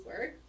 work